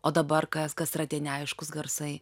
o dabar kas kas yra tie neaiškūs garsai